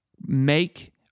make